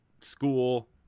school